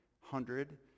hundred